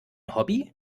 hobby